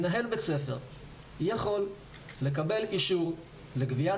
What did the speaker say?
מנהל בית ספר יכול לקבל אישור לגביית